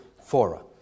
fora